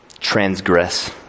transgress